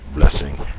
blessing